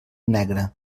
negre